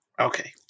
Okay